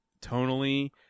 tonally